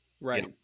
right